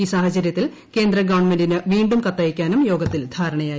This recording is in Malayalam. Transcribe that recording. ഈ സാഹചര്യത്തിൽ കേന്ദ്ര ഗവൺമെന്റിന് വീണ്ടും കത്തയയ്ക്കാനും യോഗത്തിൽ ധാരണയായി